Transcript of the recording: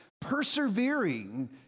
persevering